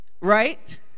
right